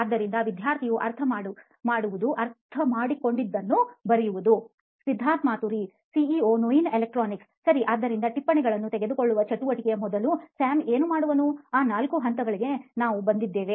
ಆದ್ದರಿಂದ ವಿದ್ಯಾರ್ಥಿಯು ಅರ್ಥಮಾಡಿವುದು ಅರ್ಥಮಾಡಿಕೊಂಡಿದ್ದನ್ನು ಬರೆಯುವುದು ಸಿದ್ಧಾರ್ಥ್ ಮಾತುರಿ ಸಿಇಒ ನೋಯಿನ್ ಎಲೆಕ್ಟ್ರಾನಿಕ್ಸ್ ಸರಿ ಆದ್ದರಿಂದ ಟಿಪ್ಪಣಿಗಳನ್ನು ತೆಗೆದುಕೊಳ್ಳುವ ಚಟುವಟಿಕೆಯ ಮೊದಲು ಸ್ಯಾಮ್ ಏನು ಮಾಡುವನು ಆ ನಾಲ್ಕು ಹಂತಗಳಿಗೆ ನಾವು ಬಂದಿದ್ದೇವೆ